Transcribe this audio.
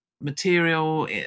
material